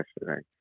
yesterday